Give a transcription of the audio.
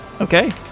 Okay